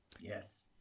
Yes